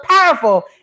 powerful